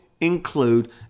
include